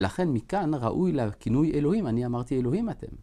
לכן מכאן ראוי לכינוי אלוהים. אני אמרתי אלוהים אתם.